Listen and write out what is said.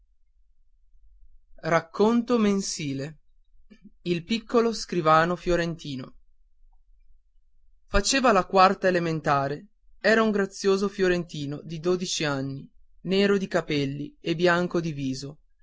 regalava il piccolo scrivano fiorentino racconto mensile faceva la quarta elementare era un grazioso fiorentino di dodici anni nero di capelli e bianco